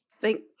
Thank